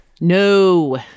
No